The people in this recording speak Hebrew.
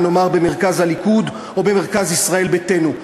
נאמר במרכז הליכוד או במרכז ישראל ביתנו,